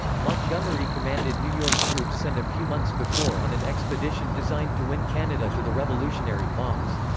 montgomery commanded new york troops sent a few months before on an expedition designed to win canada to the revolutionary cause.